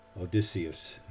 Odysseus